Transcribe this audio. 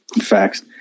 Facts